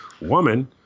woman